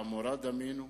לעמורה דמינו?